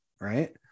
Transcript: right